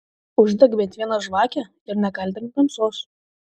uždek bent vieną žvakę ir nekaltink tamsos